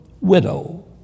widow